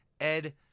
Ed